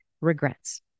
regrets